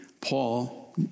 Paul